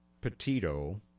Petito